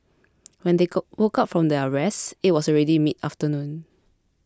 when they go woke up from their rest it was already midafternoon